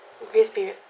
grace period